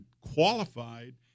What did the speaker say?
qualified